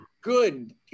good